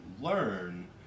learn